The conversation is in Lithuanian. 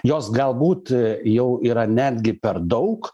jos galbūt jau yra netgi per daug